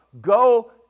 go